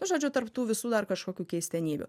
nu žodžiu tarp tų visų dar kažkokių keistenybių